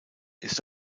ist